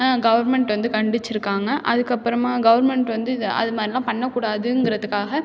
government வந்து கண்டிச்சுருக்காங்க அதுக்கப்புறமா கவர்மெண்ட் வந்து இது அது மாதிரில்லாம் பண்ண கூடாதுங்கிறதுக்காக